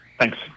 Thanks